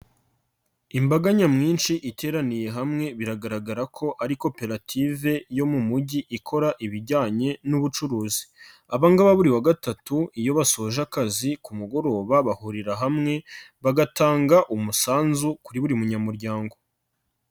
Imbaga nyamwinshi iteraniye hamwe biragaragara ko ari koperative yo mu mujyi ikora ibijyanye n'ubucuruzi, aba ngaba buri wa gatatu iyo basoje akazi ku mugoroba bahurira hamwe bagatanga umusanzu kuri buri munyamuryango.